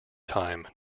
time